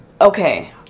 Okay